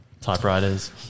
Typewriters